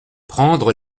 prendre